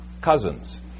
cousins